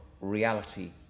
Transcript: reality